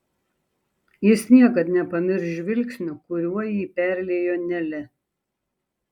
jis niekad nepamirš žvilgsnio kuriuo jį perliejo nelė